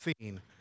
seen